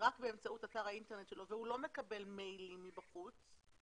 רק באמצעות אתר האינטרנט שלו והוא לא מקבל מיילים מבחוץ,